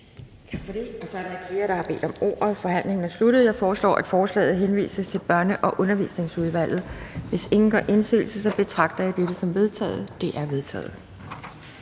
Tak for det. Da der ikke er flere, der har bedt om ordet, er forhandlingen sluttet. Jeg foreslår, at forslaget henvises til Børne- og Undervisningsudvalget. Hvis ingen gør indsigelse, betragter jeg dette som vedtaget. Det er vedtaget.